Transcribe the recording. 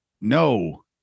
no